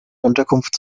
unterkunft